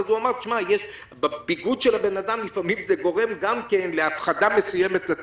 אז הוא אמר שהביגוד של הבן אדם גורם להפחדה מסוימת של התינוק.